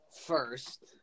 first